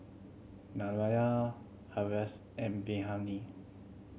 Naraina Haresh and Bilahari